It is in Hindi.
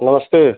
नमस्ते